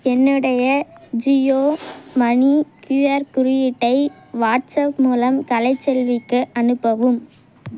என்னுடைய ஜியோ மணி க்யூஆர் குறியீட்டை வாட்ஸ்அப் மூலம் கலைச்செல்விக்கு அனுப்பவும்